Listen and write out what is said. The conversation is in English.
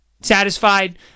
satisfied